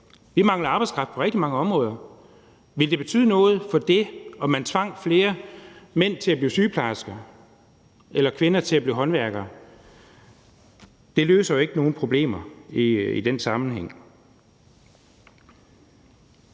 Vi mangler arbejdskraft på rigtig mange områder. Ville det betyde noget for det, om man tvang flere mænd til at blive sygeplejersker eller kvinder til at blive håndværkere? Det løser jo ikke nogen problemer i den sammenhæng